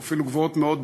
או אפילו גבוהות מאוד,